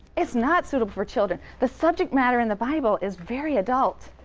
it's not suitable for children. the subject matter in the bible is very adult,